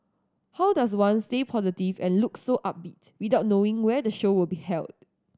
how does one stay positive and look so upbeat without knowing where the show will be held